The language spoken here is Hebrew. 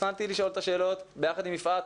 תכננתי לשאול את השאלות ביחד עם יפעת,